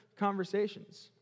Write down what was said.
conversations